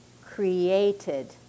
created